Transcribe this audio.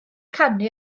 canu